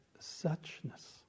suchness